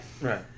Right